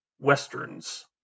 Westerns